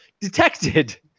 Detected